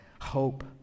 hope